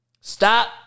Stop